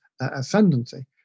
ascendancy